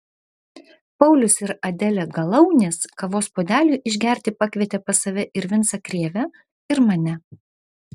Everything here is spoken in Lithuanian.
paulius ir adelė galaunės kavos puodeliui išgerti pakvietė pas save ir vincą krėvę ir mane